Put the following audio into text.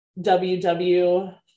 WW